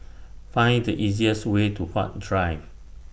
Find The easiest Way to Huat Drive